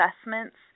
assessments